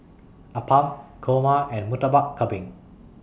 Appam Kurma and Murtabak Kambing